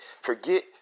forget